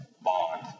Bond